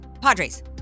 Padres